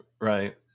Right